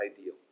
ideal